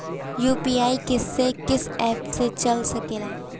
UPI किस्से कीस app से चल सकेला?